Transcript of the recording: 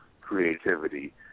creativity